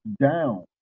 down